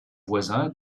voisins